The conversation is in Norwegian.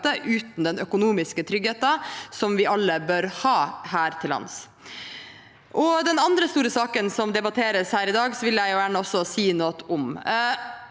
uten den økonomiske tryggheten som vi alle bør ha her til lands. Den andre store saken som debatteres her i dag, vil jeg gjerne også si noe om.